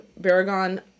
Baragon